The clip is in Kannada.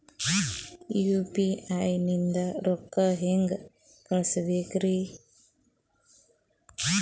ಯು.ಪಿ.ಐ ನಿಂದ ರೊಕ್ಕ ಹೆಂಗ ಕಳಸಬೇಕ್ರಿ?